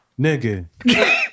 Nigga